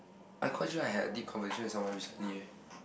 I quite sure I had this conversation with someone recently eh